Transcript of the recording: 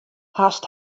hast